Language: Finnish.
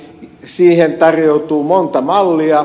siihen tarjoutuu monta mallia